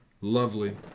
lovely